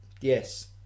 yes